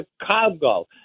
Chicago